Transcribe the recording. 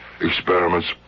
Experiments